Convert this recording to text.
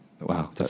Wow